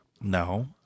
No